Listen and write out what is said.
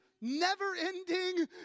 never-ending